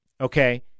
Okay